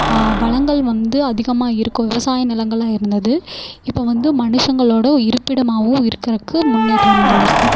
வளங்கள் வந்து அதிகமாக இருக்கும் விவசாயம் நிலங்களாக இருந்தது இப்போது வந்து மனுஷங்களோட இருப்பிடமாகவும் இருக்கிறதுக்கு முன்னேற்றம் அடைஞ்சிருக்கு